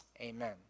Amen